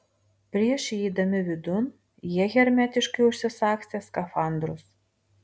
prieš įeidami vidun jie hermetiškai užsisagstė skafandrus